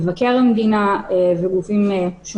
מבקר המדינה ועוד גופים.